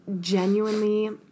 genuinely